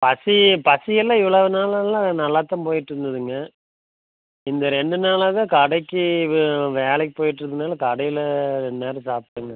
பசி பசி எல்லாம் இவ்வளோ நாளாகலாம் நல்லா தான் போயிட்டு இருந்ததுங்க இந்த ரெண்டு நாளாக தான் கடைக்கு வேலைக்கு போயிட்டு இருந்ததுனால் கடையில் ரெண்டு நேரம் சாப்பிட்டேங்க